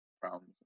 problems